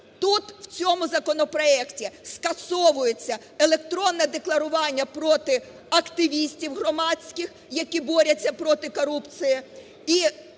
Тут, в цьому законопроекті, скасовується електронне декларування проти активістів громадських, які борються проти корупції,